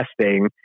testing